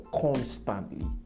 constantly